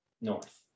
North